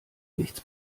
nichts